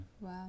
Wow